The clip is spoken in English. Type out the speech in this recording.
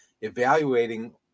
evaluating